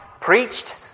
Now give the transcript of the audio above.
preached